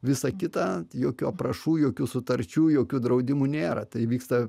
visa kita jokių aprašų jokių sutarčių jokių draudimų nėra tai vyksta